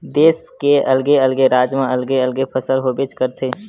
देस के अलगे अलगे राज म अलगे अलगे फसल होबेच करथे